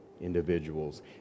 individuals